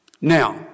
Now